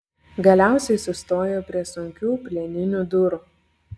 galiausiai sustojo prie sunkių plieninių durų